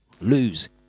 Lose